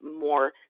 more